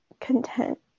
content